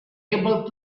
able